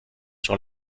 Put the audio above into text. sur